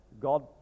God